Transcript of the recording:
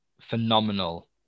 phenomenal